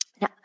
Now